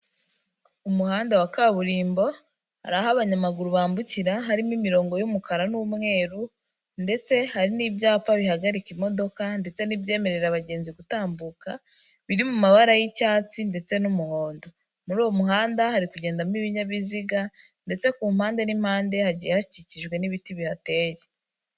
Umuhanda wa kaburimbo hari aho abanyamaguru bambukira harimo imirongo y'umukara n'umweru ndetse hari n'ibyapa bihagarika imodoka ndetse n'ibyemerera abagenzi gutambuka biri mu mabara y'icyatsi ndetse n'umuhondo muri uwo muhanda hari kugendamo ibinyabiziga ndetse ku mpande n'impande n'impande hagiye hakikijwe n'ibiti bihateye.